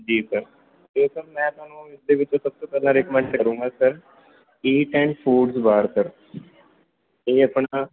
ਜੀ ਸਰ ਜੀ ਸਰ ਮੈਂ ਤੁਹਾਨੂੰ ਇਸਦੇ ਵਿੱਚ ਸਭ ਤੋਂ ਪਹਿਲਾਂ ਰਿਕਮੈਂਡ ਕਰੂੰਗਾ ਸਰ ਈਟ ਐਂਡ ਫੂਡਸ ਵਾਰ ਸਰ ਇਹ ਆਪਣਾ